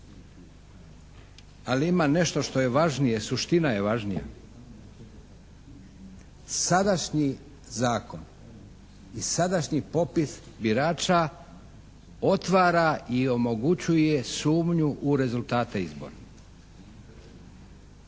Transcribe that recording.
Ali ima nešto što je važnije, suština je važnija. Sadašnji zakon i sadašnji popis birača otvara i omogućuje sumnju u rezultate izbora.